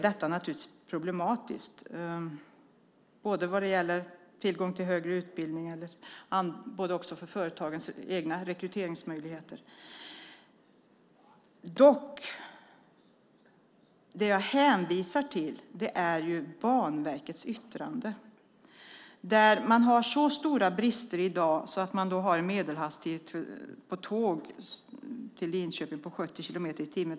Detta är som sagt problematiskt både när det gäller tillgång till högre utbildning och företagens egna rekryteringsmöjligheter. Det jag hänvisar till är dock Banverkets yttrande. Man har så stora brister i dag att medelhastigheten på tåg till Linköping är 70 kilometer i timmen.